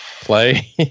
play